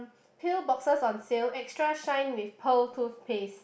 pill boxes on sale extra shine with pearl toothpaste